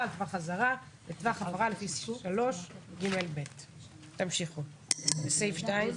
על טווח אזהרה וטווח הפרה לפי סעיף 3ג(ב);"; תמשיכו בסעיף (2).